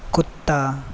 कुत्ता